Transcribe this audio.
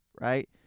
right